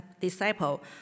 disciple